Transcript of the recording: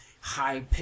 high